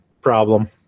problem